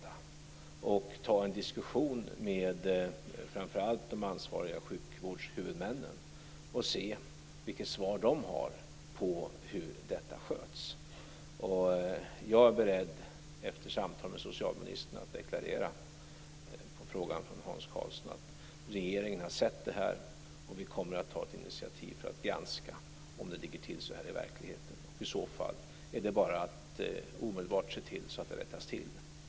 Vi bör ta en diskussion med i första hand de ansvariga sjukvårdshuvudmännen och höra vilket svar de har på frågan om hur detta sköts. Jag är efter samtal med socialministern beredd att på Hans Karlssons fråga svara att regeringen har sett programmet och kommer att ta initiativ för att granska om det ligger till på detta sätt i verkligheten. I så fall är det bara att omedelbart se till så att det rättas till.